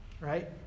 right